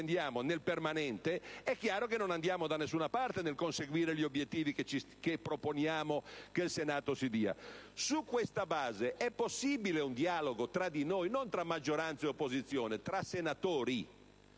quello che spendiamo nel permanente, evidentemente non andiamo da nessuna parte nel conseguire gli obiettivi che proponiamo che il Senato si dia. Su questa base, è possibile un dialogo tra di noi? Non tra maggioranza e opposizione, ma tra senatori